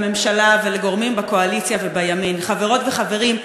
לממשלה ולגורמים בקואליציה ובימין: חברות וחברים,